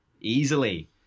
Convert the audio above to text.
easily